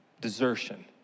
desertion